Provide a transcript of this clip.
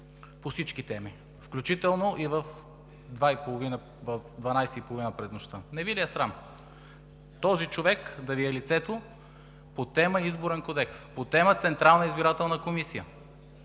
по всички теми, включително и в 00,30 ч. през нощта? Не Ви ли е срам този човек да Ви е лицето по тема „Изборен кодекс“, по тема „Централна избирателна комисия“?